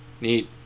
neat